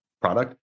product